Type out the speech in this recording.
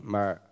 Maar